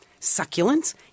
succulents